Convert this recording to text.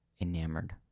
enamored